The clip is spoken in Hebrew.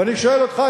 ואני שואל אותך,